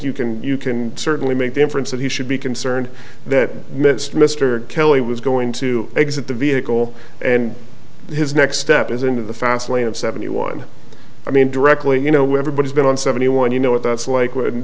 you can you can certainly make the inference that he should be concerned that mr mr kelly was going to exit the vehicle and his next step is in the fast lane of seventy one i mean directly you know where everybody's going on seventy one you know what that's like would